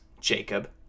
Jacob